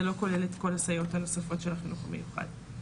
זה לא כולל את כל הסייעות הנוספות של החינוך המיוחד.